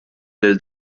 lil